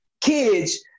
kids